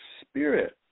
spirit